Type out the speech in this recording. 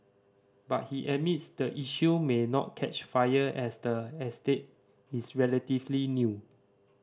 but he admits the issue may not catch fire as the estate is relatively new